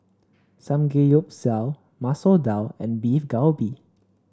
Samgeyopsal Masoor Dal and Beef Galbi